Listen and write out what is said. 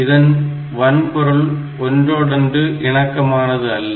இதன் வன்பொருள் ஒன்றொடொன்று இணக்கமானது அல்ல